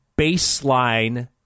baseline